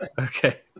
Okay